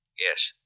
Yes